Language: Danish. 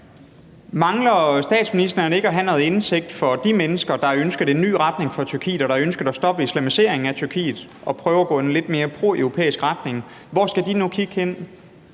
Mangler statsministeren ikke at have noget indsigt i forhold til de mennesker, der har ønsket en ny retning for Tyrkiet, og som har ønsket at stoppe islamiseringen af Tyrkiet, og som prøver at gå i en lidt mere proeuropæisk retning? Hvor skal de nu kigge hen?